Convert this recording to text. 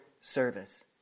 service